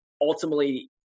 ultimately